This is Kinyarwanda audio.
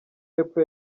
y’epfo